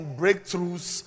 breakthroughs